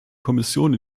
kommission